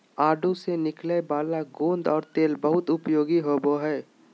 आडू से निकलय वाला गोंद और तेल बहुत उपयोगी होबो हइ